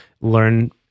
learn